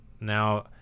now